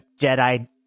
Jedi